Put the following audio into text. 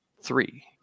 three